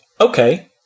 Okay